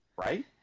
right